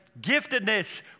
Giftedness